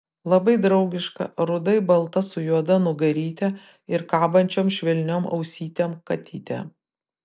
labai draugiška rudai balta su juoda nugaryte ir kabančiom švelniom ausytėm katytė